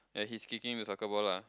ya he's kicking to soccer ball lah